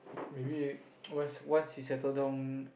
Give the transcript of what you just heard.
maybe once once he settle down